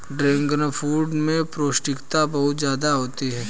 dragon fruit में पौष्टिकता बहुत ज्यादा होती है